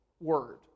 word